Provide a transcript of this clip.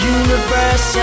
universe